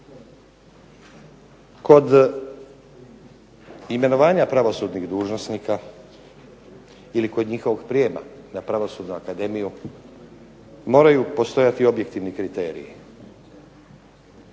Kod imenovanja pravosudnih dužnosnika ili kod njihovog prijema na Pravosudnu akademiju moraju postojati objektivni kriteriji.